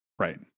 Right